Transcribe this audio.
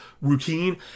routine